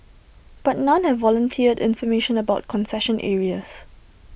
but none have volunteered information about concession areas